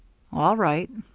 all right.